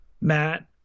matt